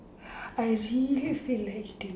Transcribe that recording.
I really feel like eating